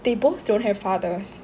they both don't have fathers